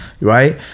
right